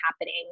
happening